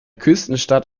küstenstadt